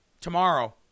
tomorrow